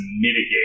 mitigate